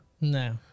no